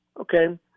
okay